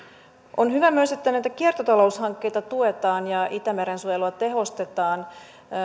on hyvä myös että näitä kiertotaloushankkeita tuetaan ja itämeren suojelua tehostetaan